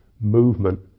movement